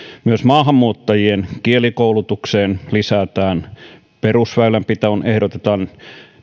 myös maahanmuuttajien kielikoulutukseen lisätään perusväylänpitoon ehdotetaan